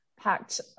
packed